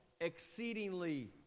exceedingly